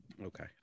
Okay